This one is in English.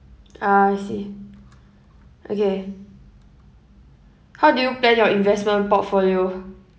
ah I see okay how do you plan your investment portfolio